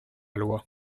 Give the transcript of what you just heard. loi